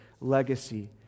legacy